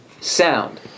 sound